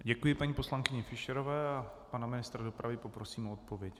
Děkuji paní poslankyni Fischerové a pana ministra dopravy poprosím o odpověď.